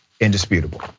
indisputable